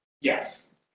yes